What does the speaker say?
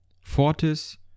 Fortis